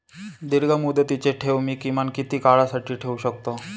दीर्घमुदतीचे ठेव मी किमान किती काळासाठी ठेवू शकतो?